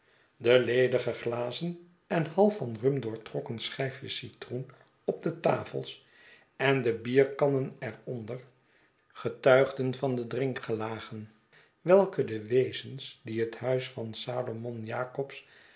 de ledige glazen en half van rum doortrokken schijfje s citroen op de tafels en de bierkannen er onder getuigden van de drinkgelagen welke de wezens die het huis van salomon